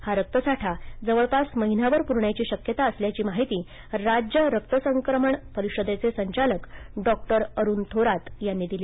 हा रक्तसाठा जवळपास महिनाभर पुरण्याची शक्यता असल्याची माहिती राज्य रक्त संक्रमण परिषदेचे संचालक डॉक्टर अरुण थोरात यांनी दिली